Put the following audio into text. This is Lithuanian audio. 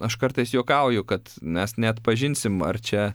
aš kartais juokauju kad mes neatpažinsim ar čia